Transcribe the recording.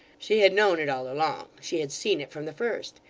she had known it all along. she had seen it from the first.